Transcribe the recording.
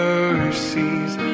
Mercies